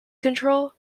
control